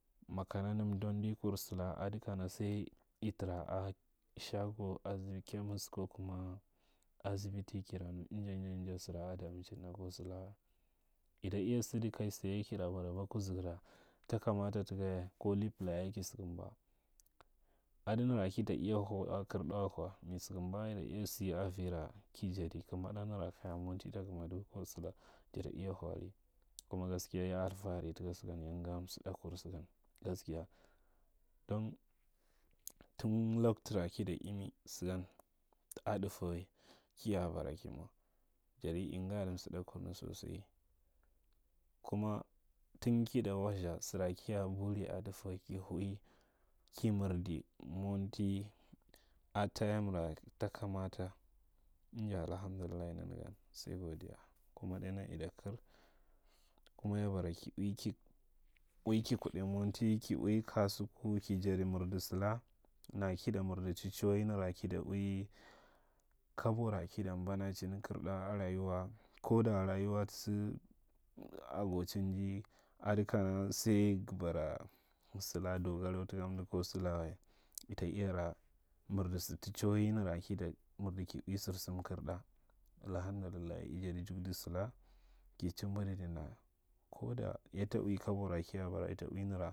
Makana nan dandikur ada kana sai i tara a shogo, azibi, komis ko kuma azibiti ki ra nu nja- nja sara a daminicin ɗa. ko sala, ita iya sada kai tsaye kira baraba. Kuzugu ra ta kamata taka ya. Ko ripila yaye ki sakamba. Ada nara ki jadi kamaɗa nara kaya manti takadnau kwa jada. Kuma gaskiya, ya alfahari taka sagan ya nga msadakur sagan gaskiya. Don, tung toktura kita imi sagan a ɗafawai kiya bara ki mwa. jada in gadi msidakur sosai. Kuma tun kida wastha sara kiya buri a ɗafawai ki ui, ki mirdi monti a tayirnra ta kamata, inja alhamdullahi nanagan, sai godiya. Kuma ɗainyan ita kar kuma ya bara ki ui kik, ui ki kuɗai monti ki ui kasuku ki mirda sala, nara kita mirda ta chawai, nara kada ui kabora kita mbanachin kairɗa a rayuwa, ko da rayuwa ta sa agochinji, ada kana sai ga bara sala donarau taka amda ko sala wa. Ita iya ra mindi sa ta chawai nara kata marda ki ui sasam to kirɗa. Alhamdullahi, i jadi jugda san, ki chimbudi waa koda yatta ui kabora dina koda yatta ui kabora kiya bara wa ita ui nara…